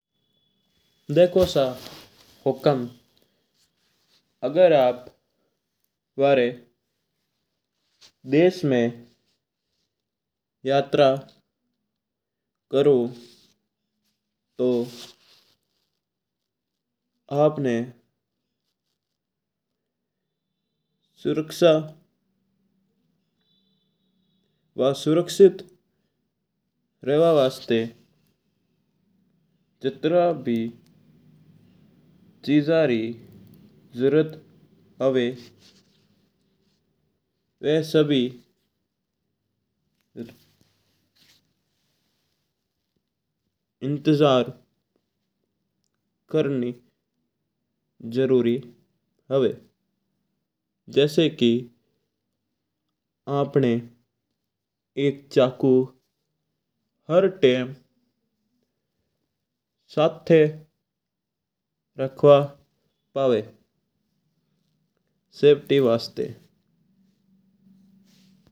देखो सा हुकम आगर आप वरा देश में यात्रा करो। तू अपना सुरक्षा वा सुरक्षित रेवा वास्ता जित्रा भी चीजा री जरूरत हुया वा सबै इंतजाम करनी जरूरी हुया। जेसि की अपण एक चाकू हर्र टाइम अपण साथा रखनो चावा हर्र टाइम आपनी सेफ़्टी वास्ता।